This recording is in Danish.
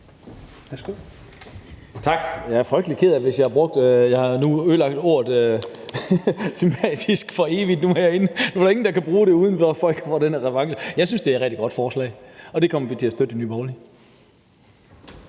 Tak. Jeg er frygtelig ked af, hvis nu jeg for evigt har ødelagt det for brugen af ordet sympatisk herinde; nu er der ingen, der kan bruge det, uden at folk tænker på den reference. Jeg synes, det er et rigtig godt forslag, og det kommer vi til at støtte i Nye Borgerlige.